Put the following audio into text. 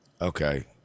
Okay